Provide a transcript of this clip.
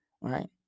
right